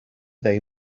they